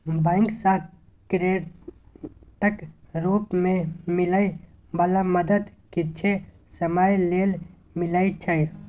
bank सँ क्रेडिटक रूप मे मिलै बला मदद किछे समय लेल मिलइ छै